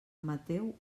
mateu